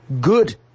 good